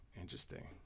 interesting